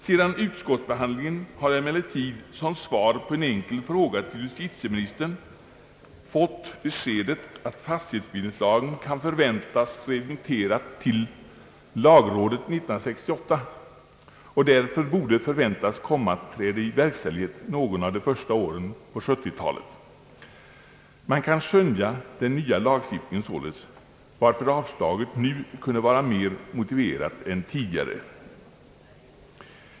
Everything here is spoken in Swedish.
Sedan utskottsbehandlingen har jag emellertid som svar på en enkel fråga till justitieministern fått beskedet att fastighetsbildningslagen kan förväntas bli remitterad till lagrådet år 1968 och därför borde förväntas komma att träda i verkställighet något av de första åren på 1970-talet. Man kan således skönja den nya lagstiftningen, varför avslaget nu kunde vara mer motiverat än tidigare.